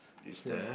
feel eh